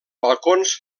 balcons